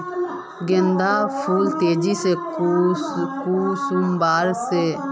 गेंदा फुल तेजी से कुंसम बार से?